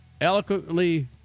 eloquently